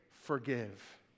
Forgive